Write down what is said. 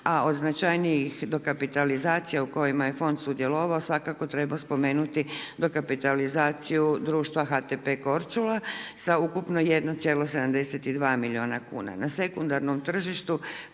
a o značajnih dokapitalizacija u kojima je fond sudjelovao svakako treba spomenuti dokapitalizaciju društva HTP Korčula sa ukupno 1,72 milijuna kuna. Na sekundarnom tržištu